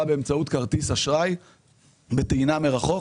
באמצעות כרטיס אשראי בטעינה מרחוק.